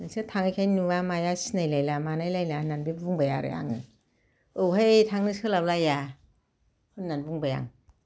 नोंसोर थाङैखायनो नुवा माया सिनायलायला मालायलाया होननानैबो बुंबाय आरो आङो औहाय थांनो सोलाबलाया होननानै बुंबाय आं